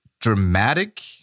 dramatic